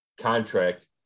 contract